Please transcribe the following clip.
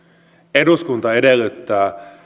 eduskunta edellyttää